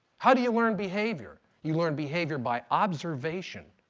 how do you learn behavior? you learn behavior by observation.